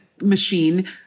machine